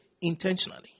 intentionally